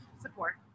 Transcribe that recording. support